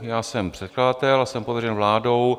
Já jsem předkladatel a jsem pověřen vládou.